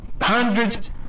hundreds